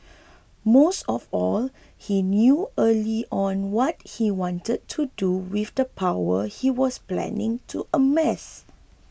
most of all he knew early on what he wanted to do with the power he was planning to amass